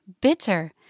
bitter